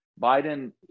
Biden